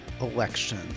Election